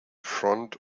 front